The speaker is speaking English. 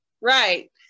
Right